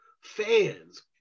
fans